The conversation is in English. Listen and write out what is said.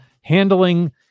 handling